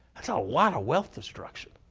that's ah a lot of wealth destruction.